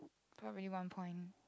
really one point